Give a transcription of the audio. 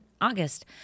August